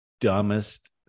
dumbest